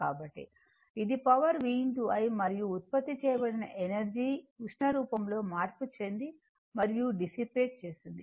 కాబట్టి ఇది power v i మరియు ఉత్పత్తి చేయబడిన ఎనర్జీ ఉష్ణ రూపంలో మార్పు చెంది మరియు డిసిపేట్ చేస్తుంది